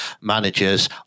managers